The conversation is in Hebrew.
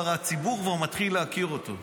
הציבור כבר מתחיל להכיר אותו.